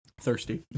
Thirsty